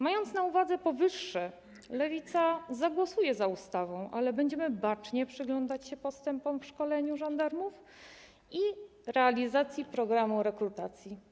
Mając na uwadze powyższe, Lewica zagłosuje za ustawą, ale będziemy bacznie przyglądać się postępom w szkoleniu żandarmów i realizacji programu rekrutacji.